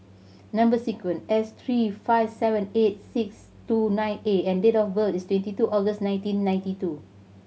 number sequence S three five seven eight six two nine A and date of birth is twenty two August nineteen ninety two